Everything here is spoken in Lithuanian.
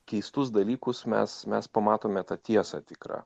keistus dalykus mes mes pamatome tą tiesą tikrą